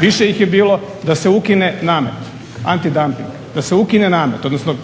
više ih je bilo, da se ukine namet, antidamping, da se ukine namet, odnosno